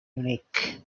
unique